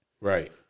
Right